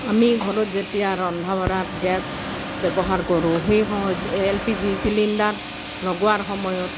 আমি ঘৰত যেতিয়া ৰন্ধা বঢ়াত গেছ ব্যৱহাৰ কৰোঁ সেই সময়ত এল পি জি চিলিণ্ডাৰ লগোৱাৰ সময়ত